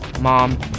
Mom